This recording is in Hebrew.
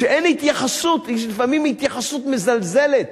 כשאין התייחסות, ולפעמים התייחסות מזלזלת,